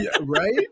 Right